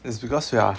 is because you are